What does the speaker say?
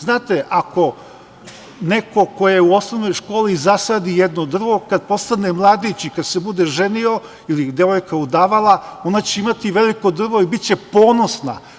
Znate, ako neko ko u Osnovnoj školi zasadi jedno drvo, kada postane mladić i kada se bude ženio ili devojka udavala, ona će imati veliko drvo i biće ponosna.